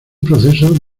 proceso